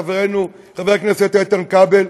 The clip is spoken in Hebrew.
חברנו חבר הכנסת איתן כבל,